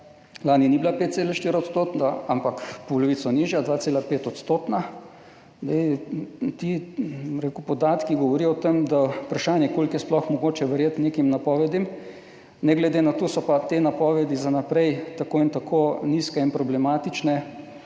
lani ni bila 5,4-odstotna, ampak polovico nižja, 2,5-odstotna. Ti podatki govorijo o tem, da vprašanje, koliko je sploh mogoče verjeti nekim napovedim, ne glede na to so pa te napovedi za naprej tako in tako nizke in problematične,